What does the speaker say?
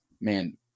man